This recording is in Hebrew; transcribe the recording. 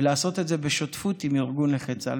ולעשות את זה בשותפות עם ארגון נכי צה"ל.